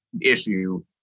issue